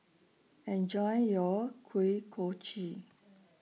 Enjoy your Kuih Kochi